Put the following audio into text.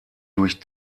durch